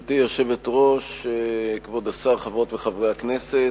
גברתי היושבת-ראש, כבוד השר, חברות וחברי הכנסת,